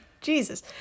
Jesus